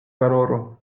valoro